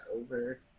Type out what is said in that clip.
over